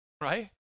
right